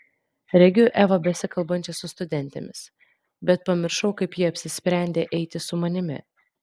regiu evą besikalbančią su studentėmis bet pamiršau kaip ji apsisprendė eiti su manimi